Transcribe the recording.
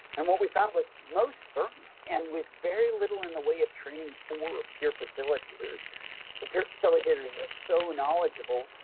and what we found was most certainly. and with very little in the way of training for peer facilitators the peer facilitators are so knowledgeable,